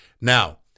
Now